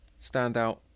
Standout